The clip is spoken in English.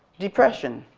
depression,